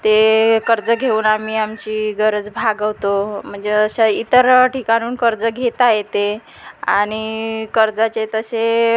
ते कर्ज घेऊन आम्ही आमची गरज भागवतो म्हणजे अशा इतर ठिकाणहून कर्ज घेता येते आणि कर्जाचे तसे